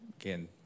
Again